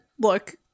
look